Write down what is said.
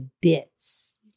bits